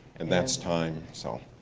and that's time so.